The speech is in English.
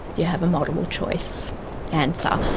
you have a multiple choice answer.